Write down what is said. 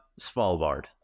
Svalbard